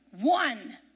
one